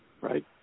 right